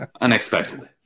Unexpectedly